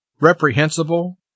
reprehensible